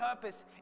purpose